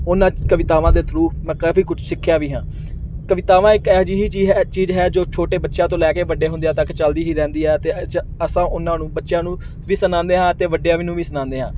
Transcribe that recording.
ਉਹਨਾਂ ਕਵਿਤਾਵਾਂ ਦੇ ਥਰੂ ਮੈਂ ਕਾਫ਼ੀ ਕੁਝ ਸਿੱਖਿਆ ਵੀ ਹਾਂ ਕਵਿਤਾਵਾਂ ਇੱਕ ਇਹੋ ਜਿਹੀ ਹੀ ਚੀਜ਼ ਹੈ ਚੀਜ਼ ਹੈ ਜੋ ਛੋਟੇ ਬੱਚਿਆਂ ਤੋਂ ਲੈ ਕੇ ਵੱਡੇ ਹੁੰਦਿਆਂ ਤੱਕ ਚਲਦੀ ਹੀ ਰਹਿੰਦੀ ਹੈ ਅਤੇ ਅ ਅਸਾਂ ਉਹਨਾਂ ਨੂੰ ਬੱਚਿਆਂ ਨੂੰ ਵੀ ਸੁਣਾਉਂਦੇ ਹਾਂ ਅਤੇ ਵੱਡਿਆਂ ਨੂੰ ਵੀ ਸੁਣਾਉਂਦੇ ਹਾਂ